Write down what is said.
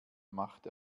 macht